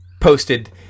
posted